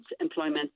employment